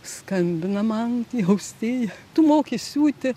skambina man austėja tu moki siūti